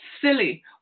silly